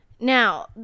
Now